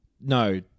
No